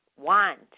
want